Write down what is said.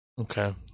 Okay